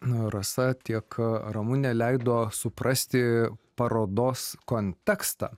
nuo rasa tiek ramunė leido suprasti parodos kontekstą